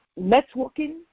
networking